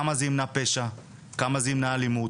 כמה זה ימנע פשע, כמה זה ימנע אלימות,